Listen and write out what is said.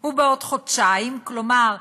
הוא בעוד חודשיים, כלומר,